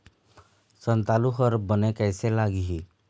संतालु हर बने कैसे लागिही?